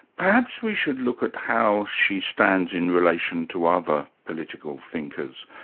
perhaps we should look at how she stands in relation to other political thinkers.